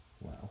Wow